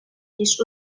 ніж